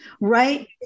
right